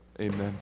Amen